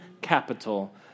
capital